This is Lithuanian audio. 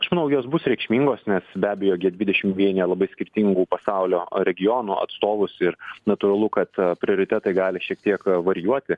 aš manau jos bus reikšmingos nes be abejo gie dvidešim vienija labai skirtingų pasaulio regionų atstovus ir natūralu kad prioritetai gali šiek tiek varijuoti